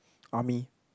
army